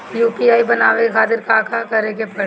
UPI बनावे के खातिर का करे के पड़ी?